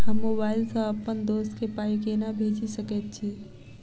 हम मोबाइल सअ अप्पन दोस्त केँ पाई केना भेजि सकैत छी?